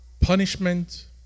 punishment